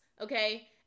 okay